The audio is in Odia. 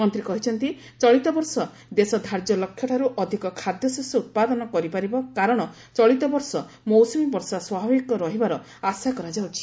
ମନ୍ତ୍ରୀ କହିଛନ୍ତି ଚଳିତ ବର୍ଷ ଦେଶ ଧାର୍ଯ୍ୟ ଲକ୍ଷ୍ୟଠାରୁ ଅଧିକ ଖାଦ୍ୟଶସ୍ୟ ଉତ୍ପାଦନ କରିପାରିବ କାରଣ ଚଳିତ ବର୍ଷ ମୌସୁମୀ ବର୍ଷା ସ୍ୱାଭାବିକ ରହିବାର ଆଶା କରାଯାଉଛି